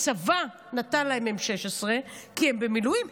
הצבא נתן להם M16 כי הם במילואים,